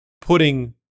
putting